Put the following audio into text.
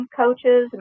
coaches